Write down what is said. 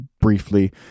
briefly